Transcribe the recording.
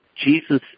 Jesus